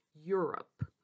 Europe